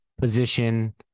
position